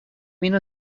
اینو